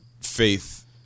faith